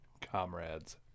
Comrade's